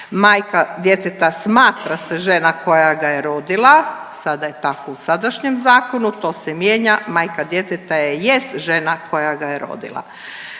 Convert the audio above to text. Majka djeteta smatra se žena koja ga je rodila, sada je tako u sadašnjem zakonu. To se mijenja. Majka djeteta jest žena koja ga je rodila.